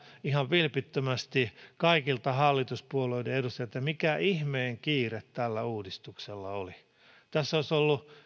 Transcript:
ihan vilpittömästi kaikilta hallituspuolueiden edustajilta mikä ihmeen kiire tällä uudistuksella oli tässä olisi ollut